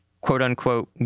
quote-unquote